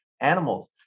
animals